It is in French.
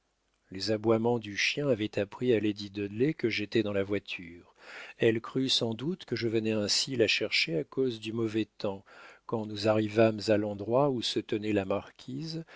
les aboiements du chien avaient appris à lady dudley que j'étais dans la voiture elle crut sans doute que je venais ainsi la chercher à cause du mauvais temps quand nous arrivâmes à l'endroit où se tenait la marquise